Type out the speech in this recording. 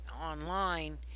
online